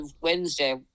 Wednesday